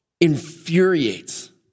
infuriates